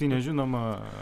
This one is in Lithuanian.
jei nežinoma